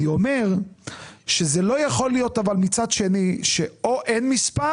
אני אומר שמצד שני זה לא יכול להיות שאו אין מספר